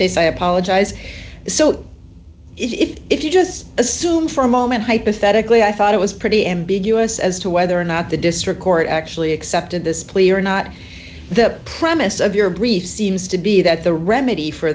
case i apologize so if you just assume for a moment hypothetically i thought it was pretty ambiguous as to whether or not the district court actually accepted this plea or not the premise of your brief seems to be that the remedy for